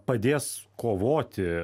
padės kovoti